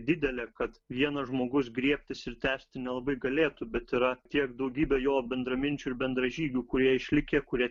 didelė kad vienas žmogus griebtis ir tęsti nelabai galėtų bet yra tiek daugybę jo bendraminčių ir bendražygių kurie išlikę kurie